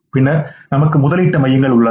பின்னர் நமக்கு முதலீட்டு மையங்கள் உள்ளன